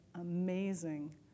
amazing